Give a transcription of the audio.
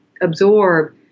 absorb